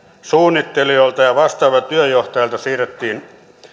suunnittelijoilta ja vastaavilta työnjohtajilta siirrettiin